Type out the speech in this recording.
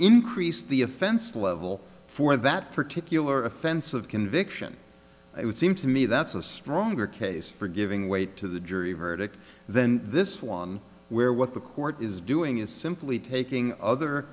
increase the offense level for that particular offense of conviction it would seem to me that's a stronger case for giving weight to the jury verdict then this one where what the court is doing is simply taking other